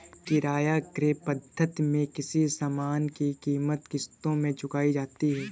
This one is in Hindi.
किराया क्रय पद्धति में किसी सामान की कीमत किश्तों में चुकाई जाती है